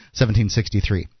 1763